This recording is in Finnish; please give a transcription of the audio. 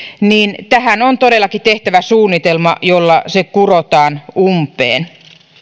on todellakin tehtävä suunnitelma jolla se kurotaan umpeen